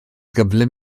gyflym